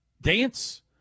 Dance